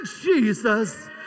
Jesus